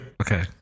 okay